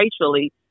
racially